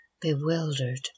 bewildered